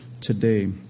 today